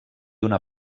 una